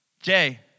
Jay